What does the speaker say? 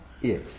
Yes